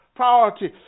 priority